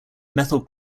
methyl